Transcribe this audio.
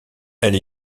elle